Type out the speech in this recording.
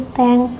thank